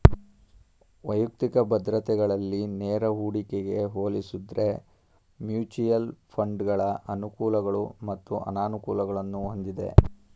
ವೈಯಕ್ತಿಕ ಭದ್ರತೆಗಳಲ್ಲಿ ನೇರ ಹೂಡಿಕೆಗೆ ಹೋಲಿಸುದ್ರೆ ಮ್ಯೂಚುಯಲ್ ಫಂಡ್ಗಳ ಅನುಕೂಲಗಳು ಮತ್ತು ಅನಾನುಕೂಲಗಳನ್ನು ಹೊಂದಿದೆ